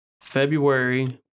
February